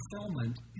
fulfillment